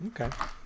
Okay